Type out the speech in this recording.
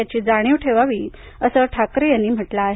याची जाणीव ठेवावी असं ठाकरे यांनी म्हटलं आहे